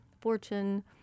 fortune